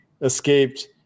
escaped